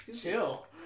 chill